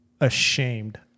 ashamed